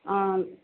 অঁ